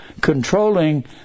controlling